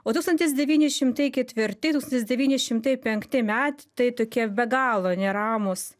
o tūkstantis devyni šimtai ketvirti tūkstantis devyni šimtai penkti metai tokie be galo neramūs